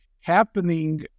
happening